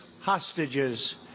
hostages